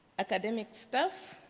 academic staff,